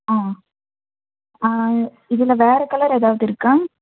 ஆ இதில் வேறு கலர் எதாவது இருக்கா